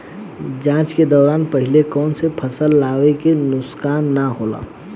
जाँच के दौरान पहिले कौन से फसल लगावे से नुकसान न होला?